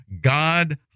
God